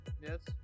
Yes